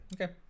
Okay